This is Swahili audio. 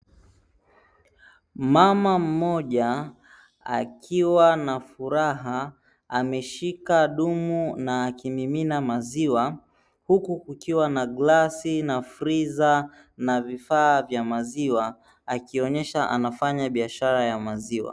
Mama mmoja akiwa na furaha ameshika dumu na akimimina maziwa, huku kukiwa na glasi na friza na vifaa vya maziwa akionyesha anafanya biashara ya maziwa.